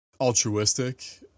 altruistic